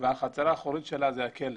והחצר האחורית שלה היא הכלא,